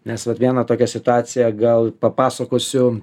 nes vat vieną tokią situaciją gal papasakosiu